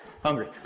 hungry